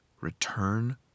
return